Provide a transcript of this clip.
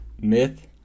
myth